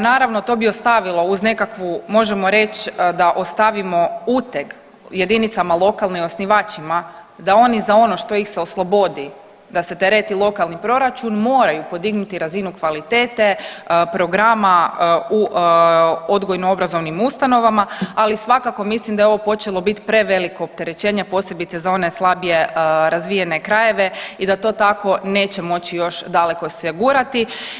Naravno to bi ostavilo uz nekakvu, možemo reć da ostavimo uteg jedinicama lokalne i osnivačima da oni za ono što ih se oslobodi da se tereti lokalni proračun moraju podignuti razinu kvalitete programa u odgojno obrazovnim ustanovama, ali svakako mislim da je ovo počelo bit preveliko opterećenje posebice za one slabije razvijene krajeve i da to tako neće moći još daleko se gurati.